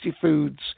foods